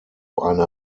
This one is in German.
eine